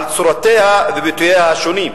על צורותיה וביטוייה השונים.